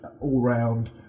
all-round